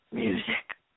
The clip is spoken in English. music